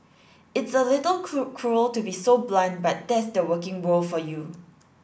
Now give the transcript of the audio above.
it's a little cruel to be so blunt but that's the working world for you